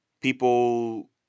people